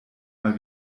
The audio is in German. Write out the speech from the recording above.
mal